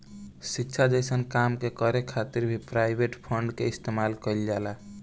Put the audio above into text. शिक्षा जइसन काम के करे खातिर भी प्राइवेट फंड के इस्तेमाल कईल जाला